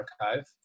archive